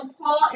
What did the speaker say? Paul